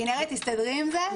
כנרת תסתדרי עם זה?